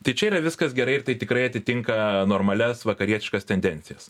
tai čia yra viskas gerai ir tai tikrai atitinka normalias vakarietiškas tendencijas